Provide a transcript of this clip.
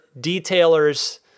detailers